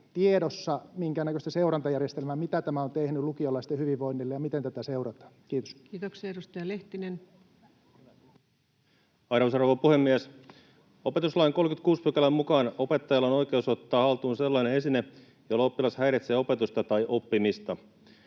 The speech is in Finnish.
tiedossa minkäännäköistä seurantajärjestelmää, mitä tämä on tehnyt lukiolaisten hyvinvoinnille ja miten tätä seurataan? — Kiitos. Kiitoksia. — Edustaja Lehtinen. Arvoisa rouva puhemies! Opetuslain 36 §:n mukaan opettajalla on oikeus ottaa haltuun sellainen esine, jolla oppilas häiritsee opetusta tai oppimista.